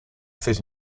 fit